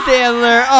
Sandler